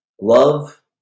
love